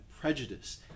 prejudice